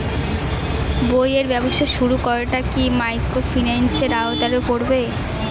বইয়ের ব্যবসা শুরু করাটা কি মাইক্রোফিন্যান্সের আওতায় পড়বে?